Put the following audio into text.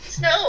No